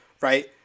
right